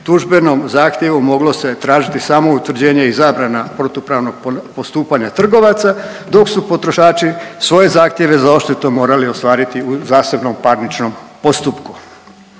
tužbenom zahtjevu moglo se je tražiti samo utvrđenje i zabrana protupravnog postupanja trgovaca dok su potrošači svoje zahtjeve za odštetom morali ostvariti u zasebnom parničnom postupku.